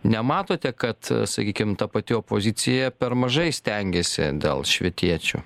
nematote kad sakykim ta pati opozicija per mažai stengiasi dėl švietiečių